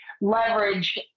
leverage